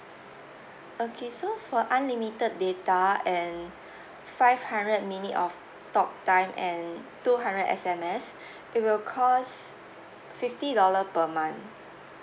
okay so for unlimited data and five hundred minute of talk time and two hundred S_M_S it will cost fifty dollar per month